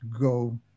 go